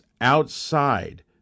outside